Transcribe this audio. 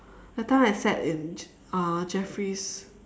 that time I sat in uh jeffrey's